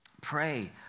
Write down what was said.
Pray